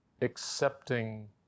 accepting